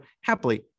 happily